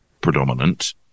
predominant